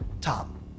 Tom